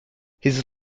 his